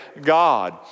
God